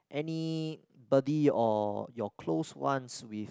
any buddy or your close ones with